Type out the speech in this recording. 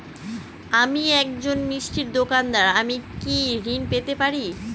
আমি একজন মিষ্টির দোকাদার আমি কি ঋণ পেতে পারি?